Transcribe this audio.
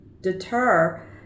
deter